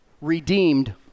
Redeemed